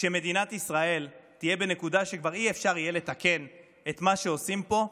כשמדינת ישראל תהיה בנקודה שכבר לא יהיה אפשר לתקן את מה שעושים פה,